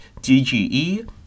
DGE